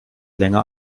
länger